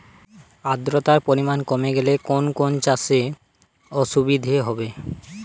আদ্রতার পরিমাণ কমে গেলে কোন কোন চাষে অসুবিধে হবে?